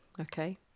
okay